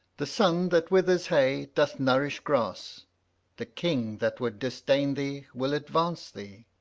the sun, that withers hay, doth nourish grass the king, that would disdain thee, will advance thee.